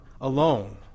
alone